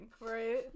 Right